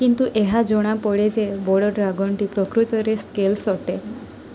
କିନ୍ତୁ ଏହା ଜଣାପଡ଼େ ଯେ ବଡ଼ ଡ୍ରାଗନ୍ଟି ପ୍ରକୃତରେ ସ୍କେଲ୍ସ ଅଟେ